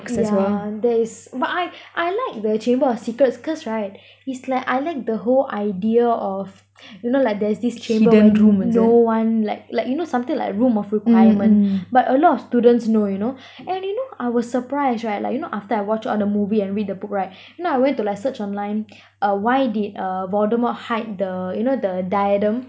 yeah there is but I I like the chamber of secrets cause right is like I like the whole idea of you know like there's this chamber where no one like like you know something like room of requirement but a lot of students know you know and you know I was surprised right like you know after I watch all the movie and read the book right you know I went to like search online uh why did uh voldemort hide the you know the diadem